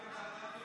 התשפ"ב